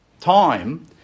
time